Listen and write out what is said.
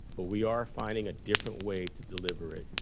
but we are finding a different way to deliver it.